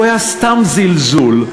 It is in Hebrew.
הוא היה סתם זלזול,